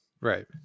Right